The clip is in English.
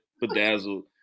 bedazzled